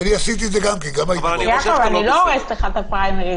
אני לא רוצה להיות נודניק,